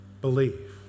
believe